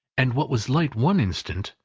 and what was light one instant,